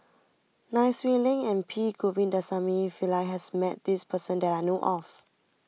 Nai Swee Leng and P Govindasamy Pillai has met this person that I know of